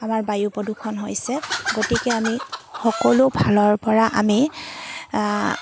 আমাৰ বায়ু প্ৰদূষণ হৈছে গতিকে আমি সকলো ফালৰ পৰা আমি